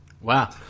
wow